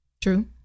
true